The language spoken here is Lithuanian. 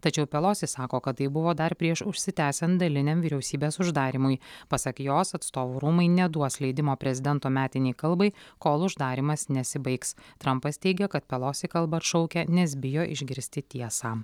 tačiau pelosi sako kad tai buvo dar prieš užsitęsian daliniam vyriausybės uždarymui pasak jos atstovų rūmai neduos leidimo prezidento metinei kalbai kol uždarymas nesibaigs trampas teigia kad pelosi kalbą atšaukia nes bijo išgirsti tiesą